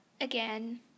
Again